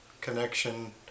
connection